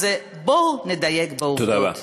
אז בואו נדייק בעובדות.